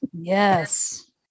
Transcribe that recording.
Yes